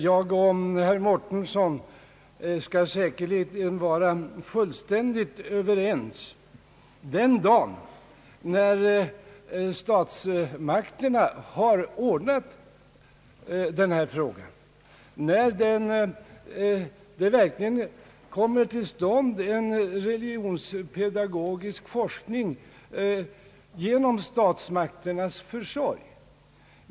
Herr talman! Herr Mårtensson och jag kommer säkert att vara fullständigt överens den dag när statsmakterna har ordnat denna fråga, alltså när en religionspedagogisk forskning verkligen kommit till stånd genom statsmakternas försorg.